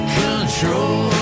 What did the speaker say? control